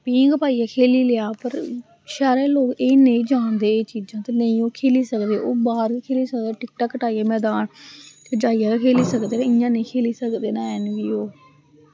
पींह्ग पाइयै खेली लेआ पर शैह्रें दे लोग एह् नेईं जानदे एह् चीजां ते नेईं ओह् खेली सकदे ओह् बाह्र गै खेली सकदे टिकटां कटाइयै मदान जाइयै गै खेली सकदे इ'यां नी खोली सकदे हैन बी ओह्